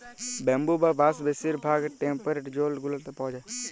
bamboo বা বাঁশ বেশির ভাগ টেম্পরেট জোল গুলাতে পাউয়া যায়